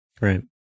right